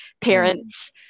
parents